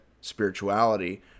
spirituality